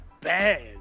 bad